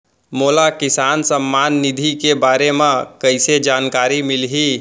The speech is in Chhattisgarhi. मोला किसान सम्मान निधि के बारे म कइसे जानकारी मिलही?